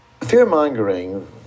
Fear-mongering